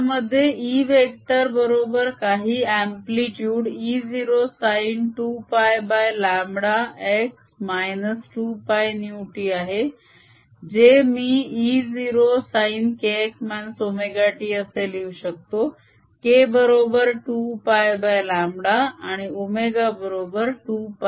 यामध्ये E vector बरोबर काही amplitude E0 sin 2πλx 2πυ t आहे जे मी E0 sin kx ωt असे लिहू शकतो k बरोबर 2πλ आणि ω बरोबर 2πυ आहे